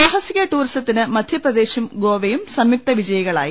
സാഹസിക ടൂറിസത്തിന് മധ്യപ്രദേശും ഗോവയും സംയുക്ത വിജയികളായി